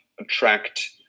attract